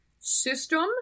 System